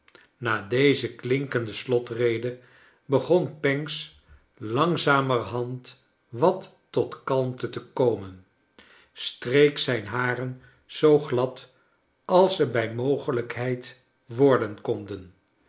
na deze klinkende slotrede begon pancks langzamerhand wat tot kalmte te komen streek zijn haren zoo glad als ze bij mogelijkheid worden konden